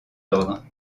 ordre